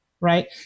right